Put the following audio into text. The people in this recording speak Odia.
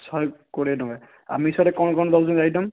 ଶହେ କୋଡ଼ିଏ ଟଙ୍କା ଆମିଷରେ କ'ଣ କ'ଣ ଦେଉଛନ୍ତି ଆଇଟମ